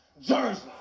Jersey